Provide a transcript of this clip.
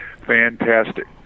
Fantastic